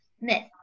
Myth